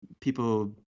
people